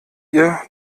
ihr